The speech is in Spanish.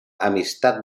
amistad